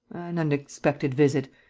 an unexpected visit.